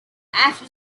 after